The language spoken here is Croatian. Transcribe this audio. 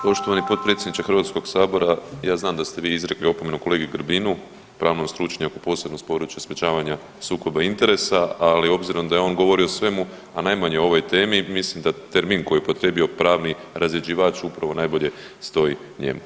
Poštovani potpredsjedniče Hrvatskog sabora, ja znam da sve vi izrekli opomenu kolegi Grbinu pravnom stručnjaku posebno s područja sprječavanja sukoba interesa, ali obzirom da je on govorio o svemu, a najmanje o ovoj temi, mislim da termin koji je upotrijebio pravni razrjeđivač upravo najbolje stoji njemu.